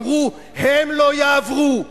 אמרו "הם לא יעברו",